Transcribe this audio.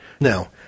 Now